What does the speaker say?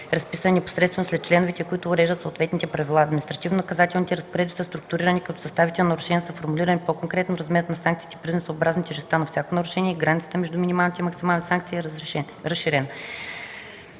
разписани непосредствено след членовете, които уреждат съответните правила. Административнонаказателните разпоредби са структурирани, като съставите на нарушенията са формулирани по-конкретно, размерът на санкциите е предвиден съобразно тежестта на всяко нарушение, границата между минималните и максимални санкции е разширена.